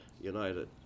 United